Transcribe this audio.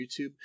YouTube